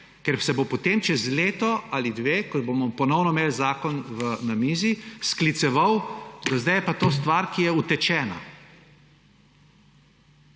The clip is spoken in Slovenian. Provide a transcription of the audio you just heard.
ker se bo potem čez leto ali dve, ko bomo ponovno imeli zakon na mizi, skliceval, da zdaj je pa to stvar, ki je utečena.